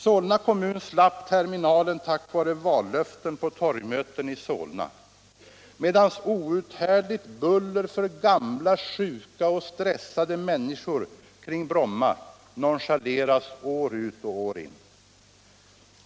Solna kommun slapp terminalen tack vare vallöften på torgmöten i Solna, medan outhärdligt buller för gamla, sjuka och stressade människor kring Bromma nonchaleras år ut och år in.